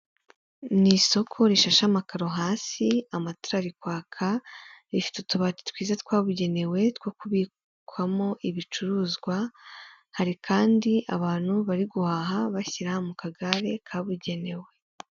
Ikinyabiziga k'ibinyamitende kikoreye kigaragara cyakorewe mu Rwanda n'abagabo batambuka muri iyo kaburimbo n'imodoka nyinshi ziparitse zitegereje abagenzi.